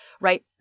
right